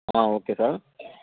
okay sir